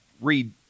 read